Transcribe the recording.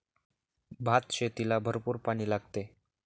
भातशेतीला भरपूर पाणी लागते